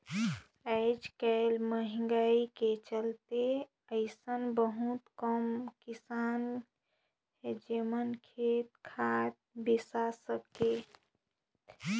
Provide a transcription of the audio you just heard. आयज कायल मंहगाई के चलते अइसन बहुत कम किसान हे जेमन खेत खार बिसा सकत हे